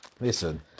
listen